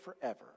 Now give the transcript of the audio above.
forever